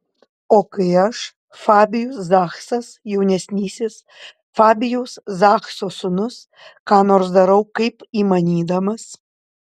o kai aš fabijus zachsas jaunesnysis fabijaus zachso sūnus ką nors darau kaip įmanydamas